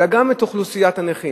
אלא גם את אוכלוסיית הנכים,